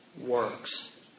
works